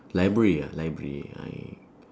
library ah library I